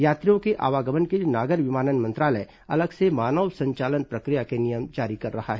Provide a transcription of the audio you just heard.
यात्रियों के आवागमन के लिए नागर विमानन मंत्रालय अलग से मानव संचालन प्रक्रिया के नियम जारी कर रहा है